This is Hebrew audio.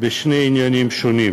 בשני עניינים שונים,